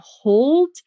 hold